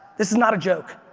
this is not a joke.